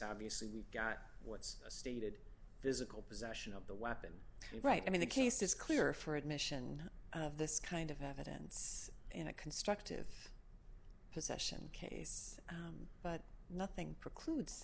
obviously we've got what's a stated physical possession of the weapon right i mean the case is clear for admission of this kind of evidence in a constructive possession case but nothing precludes